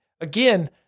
Again